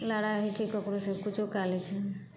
लड़ाइ होइ छै ककरो से किछु कए लै छै